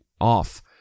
off